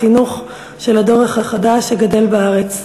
צורכי החינוך של הדור החדש שגדל בארץ,